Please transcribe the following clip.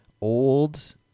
old